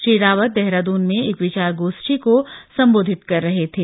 श्री रावत देहरादून में एक विचार गोष्ठी को संबोधित कर रहे थे